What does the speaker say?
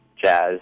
jazz